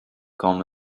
quand